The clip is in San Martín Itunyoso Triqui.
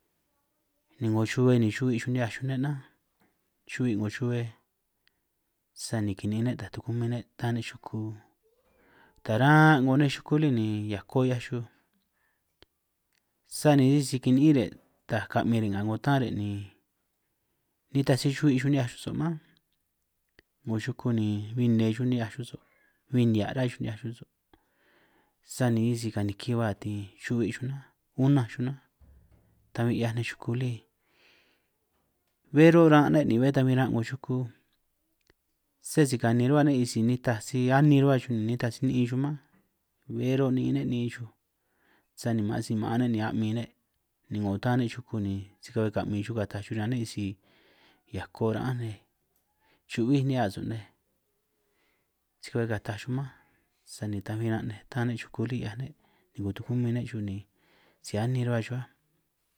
Ni 'ngo xuhue ni xu'hui' xuj ni'hiaj xuj ne' nánj, xu'hui' 'ngo xuhue sani kini'in ne' taj tukumin ne' tán ne' xuku, taran' 'ngo nej xuku lí ni hiako 'hiaj xuj sani sisi kini'ín re' taj ka'min re' nga 'ngo tán re', ni nitaj si xu'hui' xuj ni'hiaj xuj so' mánj, 'ngo yuku ni bin nne xuj ni'hia' xuj so' bin nihia' ruhua xuj ni'hiaj xuj so', sani sisi kaniki ba' ni xu'hui' xuj nánj, unanj xuj nánj ta bin 'hiaj nej xuku lí bé run' ran' ne' ni bé ta bin ran' 'ngo xuku, sé si kani ruhua ne' isi nitaj si anin ruhua xuj nitaj si ni'in xuj mán, bé ro' ni'in ne' bé ta ni'in xuj sani man si maan ne' ni a'min ne', ni 'ngo tán ne' xuku ni si ka'hue ka'min xuj kataj xuj riñan ne', sisi hiako ra'án nej, xu'huí' ni'hiaj so' nej, si ka'hue kataj xuj mánj, sani ta bin ran' nej tán ne' xuku lí, 'hiaj ne' ni 'ngo tukumín ne' xuj ni si anin ruhua xuj áj.